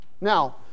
Now